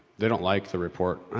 they don't like the report ah.